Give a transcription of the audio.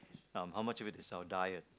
um how much of it is our diet